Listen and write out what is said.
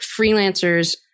freelancers